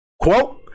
Quote